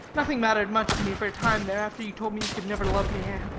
nothing mattered much to me for a time there, after you told me you could never love me, anne.